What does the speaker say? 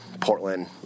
Portland